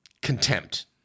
contempt